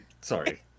Sorry